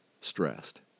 stressed